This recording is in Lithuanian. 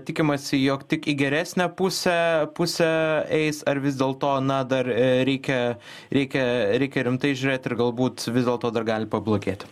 tikimasi jog tik į geresnę pusę pusę eis ar vis dėlto na dar reikia reikia reikia rimtai žiūrėt ir galbūt vis dėlto dar gali pablogėti